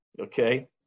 Okay